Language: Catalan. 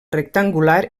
rectangular